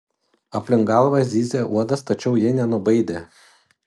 aplink galvą zyzė uodas tačiau ji nenubaidė